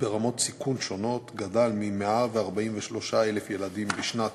ברמות סיכון שונות גדל מ-143,000 ילדים בשנת